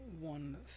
one